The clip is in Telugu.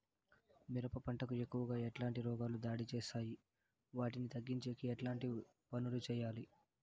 మిరప పంట కు ఎక్కువగా ఎట్లాంటి రోగాలు దాడి చేస్తాయి వాటిని తగ్గించేకి ఎట్లాంటి పనులు చెయ్యాలి?